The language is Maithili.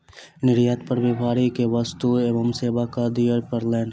निर्यात पर व्यापारी के वस्तु एवं सेवा कर दिअ पड़लैन